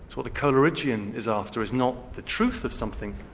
what a coleridgian is after is not the truth of something,